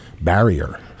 barrier